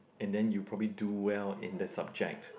and then you probably do well in the subject